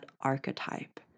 archetype